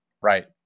Right